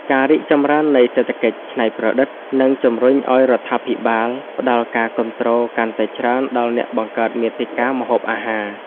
ការរីកចម្រើននៃសេដ្ឋកិច្ចច្នៃប្រឌិត នឹងជំរុញឱ្យរដ្ឋាភិបាលផ្តល់ការគាំទ្រកាន់តែច្រើនដល់អ្នកបង្កើតមាតិកាម្ហូបអាហារ។